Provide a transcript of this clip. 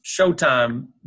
Showtime